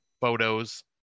photos